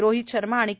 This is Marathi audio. रोहीत शर्मा आणि के